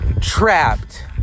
Trapped